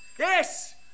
Yes